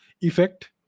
effect